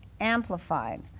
Amplified